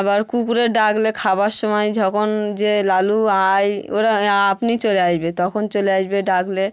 আবার কুকুরের ডাকলে খাবার সময় যখন যে লালু আয় ওরা আপনিই চলে আসবে তখন চলে আসবে ডাকলে